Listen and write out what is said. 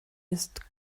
ist